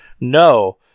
no